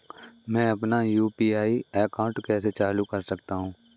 मैं अपना UPI account कैसे चालू कर सकता हूँ?